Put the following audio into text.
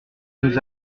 nous